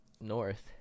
north